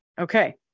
Okay